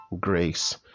grace